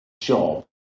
job